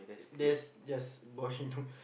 there's just boy know